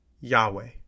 Yahweh